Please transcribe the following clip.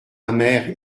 amères